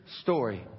story